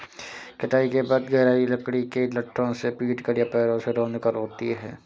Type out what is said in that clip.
कटाई के बाद गहराई लकड़ी के लट्ठों से पीटकर या पैरों से रौंदकर होती है